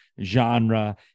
genre